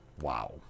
Wow